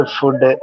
Food